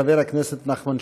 חבר הכנסת נחמן שי.